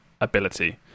Ability